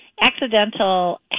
accidental